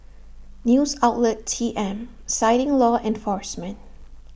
news outlet T M citing law enforcement